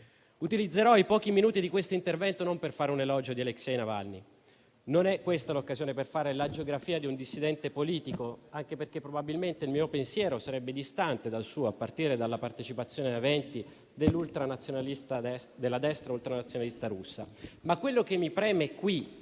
Utilizzerò i pochi minuti di questo intervento non per fare un elogio di Aleksej Navalny. Non è questa l'occasione per fare l'agiografia di un dissidente politico, anche perché probabilmente il mio pensiero sarebbe distante dal suo, a partire dalla partecipazione a eventi della destra ultranazionalista russa. Quello che mi preme